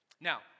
Now